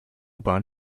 bahn